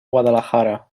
guadalajara